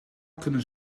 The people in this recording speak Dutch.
kunnen